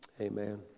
Amen